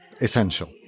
essential